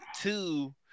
Two